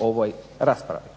ovoj raspravi.